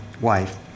wife